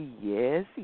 Yes